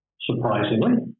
surprisingly